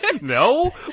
No